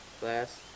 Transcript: class